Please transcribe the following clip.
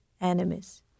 enemies